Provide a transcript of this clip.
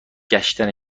شهر